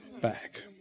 back